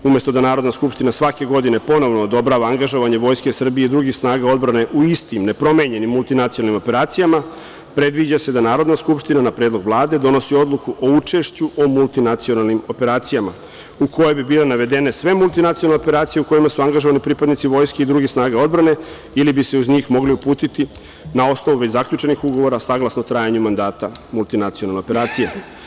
Umesto da Narodna skupština svake godine ponovno odobrava angažovanje Vojske Srbije i drugih snaga odbrane u istim, nepromenjenim multinacionalnim operacijama, predviđa se da Narodna skupština na predlog Vlade donosi odluku o učešću o multinacionalnim operacijama u koje bi bile navedene sve multinacionalne operacije u kojima su angažovani pripadnici vojske i drugih snaga odbrane ili bi se uz njih mogli uputiti na osnovu već zaključenih ugovora, saglasno trajanju mandata multinacionalne operacije.